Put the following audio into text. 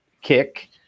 kick